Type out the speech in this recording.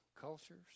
cultures